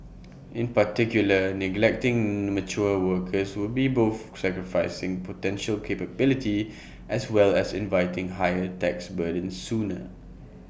in particular neglecting mature workers would be both sacrificing potential capability as well as inviting higher tax burdens sooner